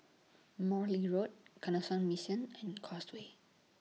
Morley Road Canossian Mission and Causeway